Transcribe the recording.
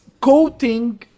coating